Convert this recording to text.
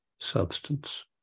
substance